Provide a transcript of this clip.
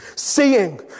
Seeing